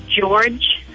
George